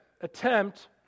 attempt